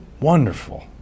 wonderful